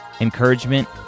encouragement